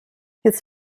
his